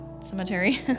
cemetery